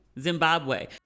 Zimbabwe